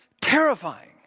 terrifying